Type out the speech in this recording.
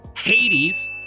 Hades